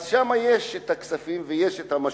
שם יש כספים ויש משאבים,